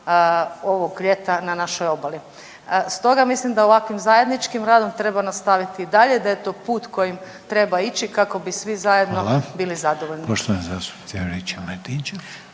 ovog ljeta na našoj obali. Stoga mislim da ovakvim zajedničkim radom treba nastaviti i dalje, da je to put kojim treba ići kako bi svi zajedno bili zadovoljni. **Reiner, Željko (HDZ)**